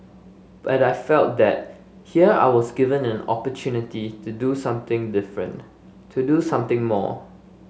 but I felt that here I was given an opportunity to do something different to do something more